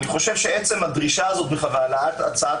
אני חושב שעצם הדרישה הזאת והעלאת הצעת